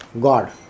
God